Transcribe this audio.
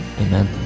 amen